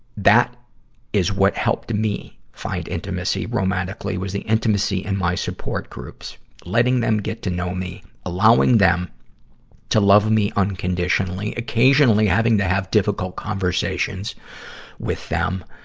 that is what helped me find intimacy romantically, was the intimacy in my support groups. letting them get to know me, allowing them to love me unconditionally, occasionally having to have difficult conversations with them.